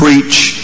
Preach